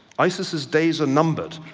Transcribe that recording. isis's days are numbered.